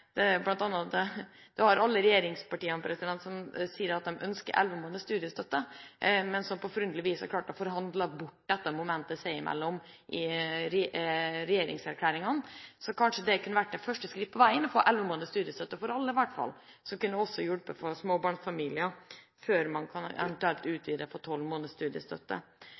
sier at de ønsker elleve måneders studiestøtte, men de har på forunderlig vis har klart å forhandle bort dette momentet seg i mellom i regjeringserklæringen. Kanskje kunne elleve måneders studiestøtte for alle vært et første skritt på veien i hvert fall – det kunne også hjulpet småbarnsfamiliene – før man eventuelt utvidet til tolv måneders studiestøtte.